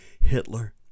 Hitler